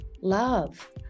love